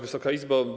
Wysoka Izbo!